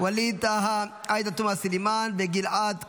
ווליד טאהא, עאידה תומא סלימאן וגלעד קריב.